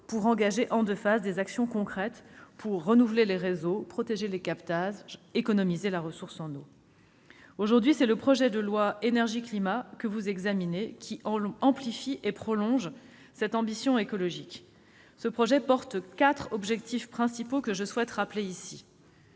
pour engager en deux phases des actions concrètes pour renouveler les réseaux, protéger les captages et économiser la ressource en eau. Le projet de loi que vous examinez aujourd'hui amplifie et prolonge cette ambition écologique. Il comporte quatre objectifs principaux, que je souhaite rappeler ici.